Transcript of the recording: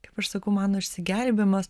kaip aš sakau mano išsigelbėjimas